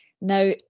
Now